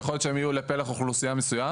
יכול היות שהם יהיו לפלח אוכלוסייה מסוים,